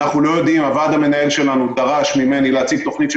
הוועד המנהל שלנו דרש ממני להציג תכנית של